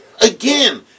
Again